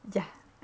ya